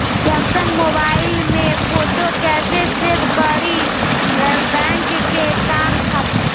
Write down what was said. Samsung mobile में photo कैसे save करीं बैंक के काम खातिर?